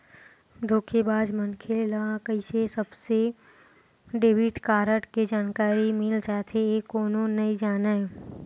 धोखेबाज मनखे ल कइसे सबके डेबिट कारड के जानकारी मिल जाथे ए कोनो नइ जानय